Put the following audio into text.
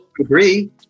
agree